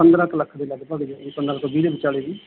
ਪੰਦਰਾਂ ਕੁ ਲੱਖ ਦੇ ਲਗਭਗ ਪੰਦਰਾਂ ਤੋਂ ਵੀਹ ਦੇ ਵਿਚਾਲੇ ਜੀ